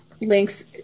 links